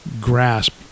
grasp